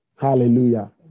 Hallelujah